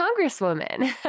Congresswoman